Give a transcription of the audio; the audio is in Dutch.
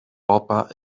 papa